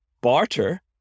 barter